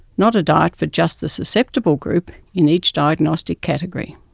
not a diet for just the susceptible group in each diagnostic category.